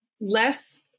less